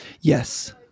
Yes